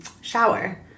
shower